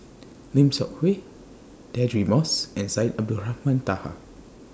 Lim Seok Hui Deirdre Moss and Syed Abdulrahman Taha